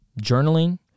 journaling